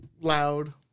loud